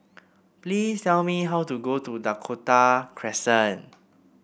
please tell me how to go to Dakota Crescent